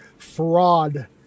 fraud